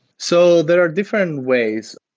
so there are different ways.